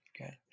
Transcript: okay